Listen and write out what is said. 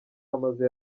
amaze